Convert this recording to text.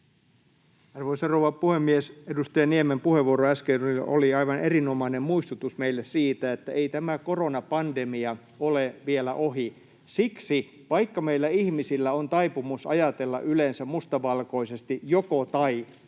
Arvoisa rouva puhemies! Edustaja Niemen puheenvuoro äsken oli aivan erinomainen muistutus meille siitä, että ei tämä koronapandemia ole vielä ohi. Siksi, vaikka meillä ihmisillä on taipumus ajatella yleensä mustavalkoisesti joko—tai,